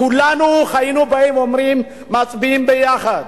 כולנו היינו באים ואומרים: מצביעים ביחד.